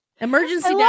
Emergency